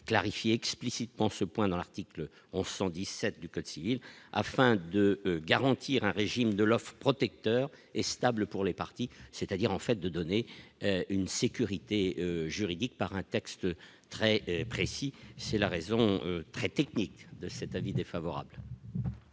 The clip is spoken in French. clarifier explicitement ce point dans l'article 1117 du code civil, afin de garantir un régime de Loft protecteur et stable pour les partis, c'est-à-dire en fait de donner une sécurité juridique par un texte très précis, c'est la raison très technique de cet avis défavorable.